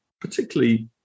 particularly